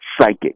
psychic